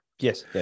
Yes